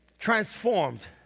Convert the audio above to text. transformed